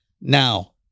Now